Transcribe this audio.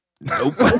Nope